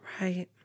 Right